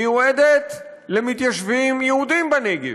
מיועדת למתיישבים יהודים בנגב.